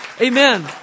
Amen